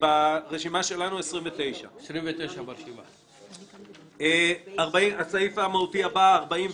ברשימה שלנו 29. הסעיף המהותי הבא 41: